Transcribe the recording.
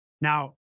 Now